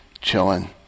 chilling